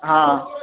ହଁ